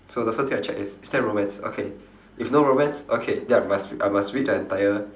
so the first thing I check is is there romance okay if no romance okay then I must I must read the entire